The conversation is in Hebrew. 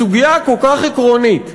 בסוגיה כל כך עקרונית,